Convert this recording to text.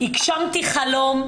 הגשמתי חלום.